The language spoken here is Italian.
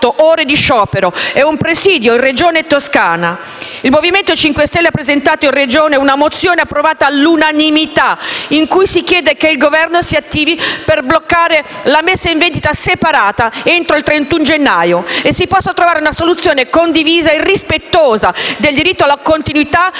ore di sciopero e un presidio in Regione Toscana. Il Movimento 5 Stelle ha presentato in Regione una mozione approvata all'unanimità in cui si chiede che il Governo si attivi per bloccare la messa in vendita separata entro il 31 gennaio e si possa trovare una soluzione condivisa e rispettosa del diritto alla continuità